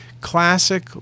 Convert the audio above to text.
Classic